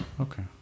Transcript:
Okay